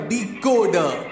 Decoder